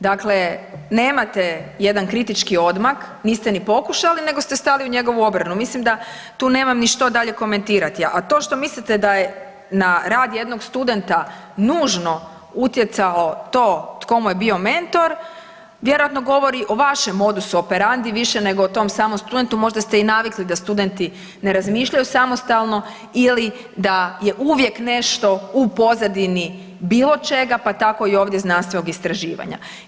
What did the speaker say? Dakle, nemate jedan kritički odmak, niste ni pokušali nego ste stali u njegovu obranu, mislim da tu nemam ni što dalje komentirati, a to što mislite da je na rad jednog studenta nužno utjecalo to tko mu je bio mentor, vjerojatno govori o vašem modus operandi više nego o tom samom studentu, možda ste i navikli da studenti ne razmišljaju samostalno ili da je uvijek nešto u pozadini bilo čega, pa tako i ovdje znanstvenog istraživanja.